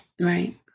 Right